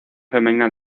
femenina